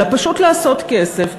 אלא פשוט לעשות כסף,